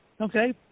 okay